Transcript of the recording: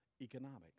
economics